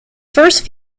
first